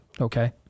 Okay